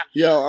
yo